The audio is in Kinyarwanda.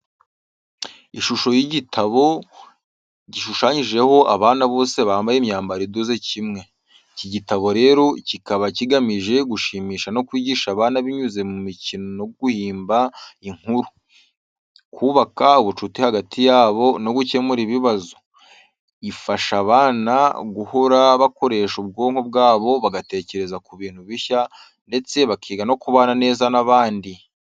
Ishusho y’igitabo, gishushanyijeho abana bose bambaye imyambaro idoze kimwe. Iki igitabo rero kikaba kigamije gushimisha no kwigisha abana binyuze mu mikino yo guhimba inkuru, kubaka ubucuti hagati yabo, no gukemura ibibazo. Ifasha abana guhora bakoresha ubwonko bwabo, bagatekereza ku bintu bishya ndetse bakiga no kubana neza n’abandi.